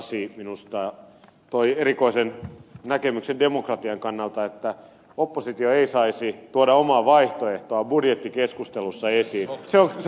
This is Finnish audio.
sasi minusta toi erikoisen näkemyksen demokratian kannalta että oppositio ei saisi tuoda omaa vaihtoehtoaan budjettikeskustelussa esiin ja sotkea tilannetta